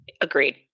Agreed